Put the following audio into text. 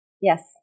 Yes